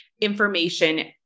information